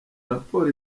raporo